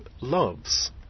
loves